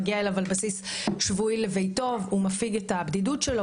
מגיע לביתם על בסיס שבועי ומפיג את הבדידות שלהם.